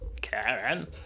Karen